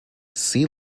see